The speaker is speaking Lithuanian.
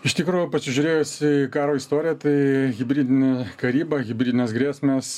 iš tikrųjų pasižiūrėjus į karo istoriją tai hibridinė karyba hibridinės grėsmės